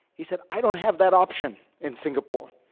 he said, i don't have that option in singapore.